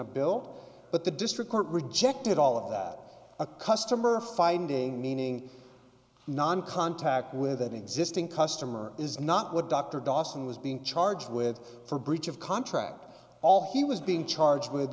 to build but the district court rejected all of that a customer finding meaning non contact with an existing customer is not what dr dawson was being charged with for breach of contract all he was being charged with